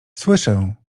słyszę